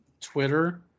Twitter